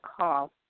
call